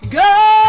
go